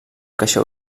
caixer